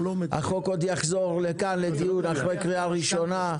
החוק עוד יחזור לכאן לדיון אחרי קריאה ראשונה,